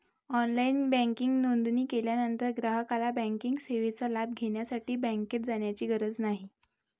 online banking नोंदणी केल्यानंतर ग्राहकाला बँकिंग सेवेचा लाभ घेण्यासाठी बँकेत जाण्याची गरज नाही